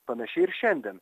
panašiai ir šiandien